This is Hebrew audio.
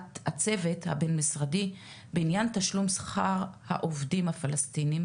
הצוות הבין משרדי בעניין תשלום שכר העובדים הפלסטינים,